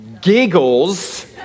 Giggles